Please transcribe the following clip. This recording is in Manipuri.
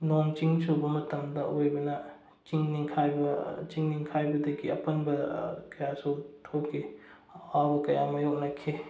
ꯅꯣꯡ ꯏꯁꯤꯡ ꯆꯨꯕ ꯃꯇꯝꯗ ꯑꯣꯏꯕꯅ ꯆꯤꯡ ꯅꯤꯡꯈꯥꯏꯕꯗꯒꯤ ꯑꯄꯟꯕ ꯀꯌꯥꯁꯨ ꯊꯣꯛꯈꯤ ꯑꯋꯥꯕ ꯀꯌꯥ ꯃꯥꯏꯌꯣꯛꯅꯈꯤ